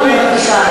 לא נכון.